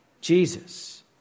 Jesus